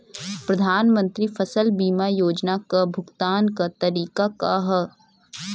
प्रधानमंत्री फसल बीमा योजना क भुगतान क तरीकाका ह?